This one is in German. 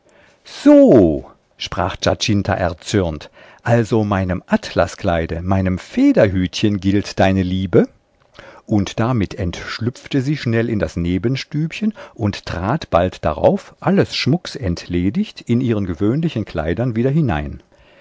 so sprach giacinta erzürnt also meinem atlaskleide meinem federhütchen gilt deine liebe und damit entschlüpfte sie schnell in das nebenstübchen und trat bald darauf alles schmucks entledigt in ihren gewöhnlichen kleidern wieder hinein